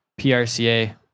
PRCA